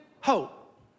hope